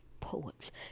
poets